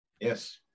Yes